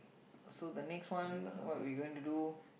so the next one what we gonna to do